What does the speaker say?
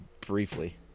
briefly